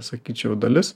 sakyčiau dalis